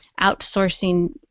outsourcing